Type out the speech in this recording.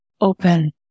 open